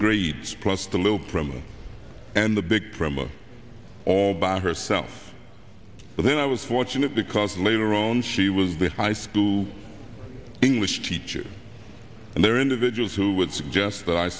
grades plus the little promo and the big drama all bad herself but then i was fortunate because later on she was a bit high school english teacher and there are individuals who would suggest that i